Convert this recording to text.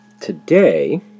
today